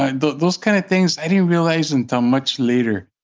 ah those those kind of things i didn't realize until much later